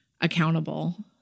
accountable